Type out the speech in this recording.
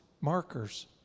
markers